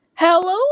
hello